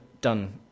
done